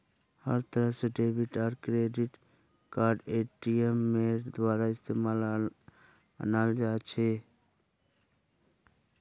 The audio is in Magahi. हर तरह से डेबिट आर क्रेडिट कार्डक एटीएमेर द्वारा इस्तेमालत अनाल जा छे